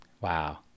Wow